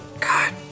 God